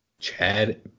Chad